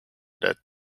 death